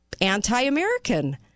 anti-american